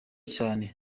cyane